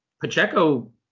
Pacheco